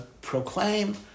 proclaim